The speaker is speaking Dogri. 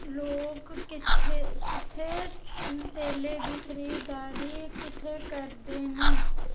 लोक कित्थे कित्थे टेल्ले दी खरीदारी कुत्थे करदे न